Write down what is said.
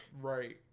Right